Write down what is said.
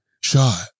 shot